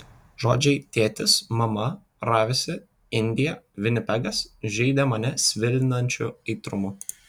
žodžiai tėtis mama ravisi indija vinipegas žeidė mane svilinančiu aitrumu